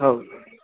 ಹೌದು